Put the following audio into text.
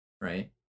right